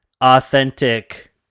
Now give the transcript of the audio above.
authentic